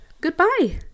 goodbye